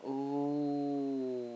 oh